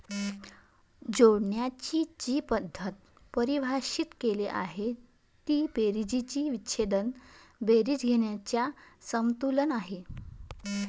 जोडण्याची जी पद्धत परिभाषित केली आहे ती बेरजेची विच्छेदक बेरीज घेण्याच्या समतुल्य आहे